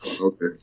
Okay